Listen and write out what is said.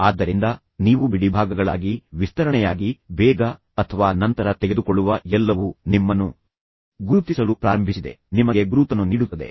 ಆದ್ದರಿಂದ ನೀವು ಬಿಡಿಭಾಗಗಳಾಗಿ ವಿಸ್ತರಣೆಯಾಗಿ ಬೇಗ ಅಥವಾ ನಂತರ ತೆಗೆದುಕೊಳ್ಳುವ ಎಲ್ಲವೂ ನಿಮ್ಮನ್ನು ಗುರುತಿಸಲು ಪ್ರಾರಂಭಿಸಿದೆ ನಿಮಗೆ ಗುರುತನ್ನು ನೀಡುತ್ತದೆ